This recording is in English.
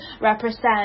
represent